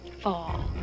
fall